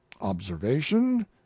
Observation